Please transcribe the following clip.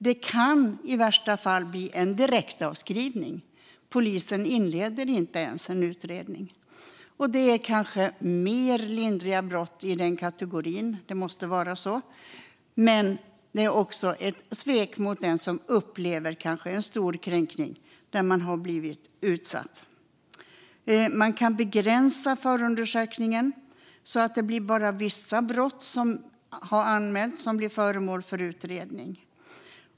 Det kan i värsta fall bli en direktavskrivning; polisen inleder då inte ens en utredning. Då måste det vara fråga om kategorin lindrigare brott. Men det är också ett svek mot den som kanske upplever en stor kränkning och har blivit utsatt. Man kan även begränsa förundersökningen, så att bara vissa brott som anmälts blir föremål för utredning.